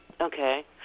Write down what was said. Okay